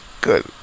good